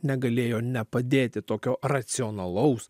negalėjo nepadėti tokio racionalaus